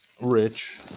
rich